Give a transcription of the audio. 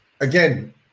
again